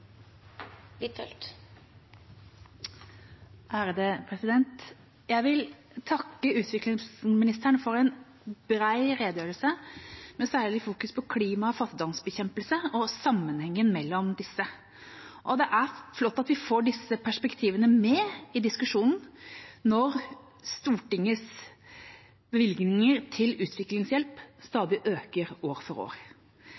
Jeg vil takke utviklingsministeren for en bred redegjørelse med særlig fokus på klima og fattigdomsbekjempelse, og sammenhengen mellom disse. Det er flott at vi får disse perspektivene med i diskusjonen når Stortingets bevilgninger til utviklingshjelp